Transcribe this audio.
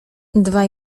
dwaj